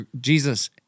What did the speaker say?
Jesus